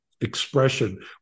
expression